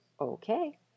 okay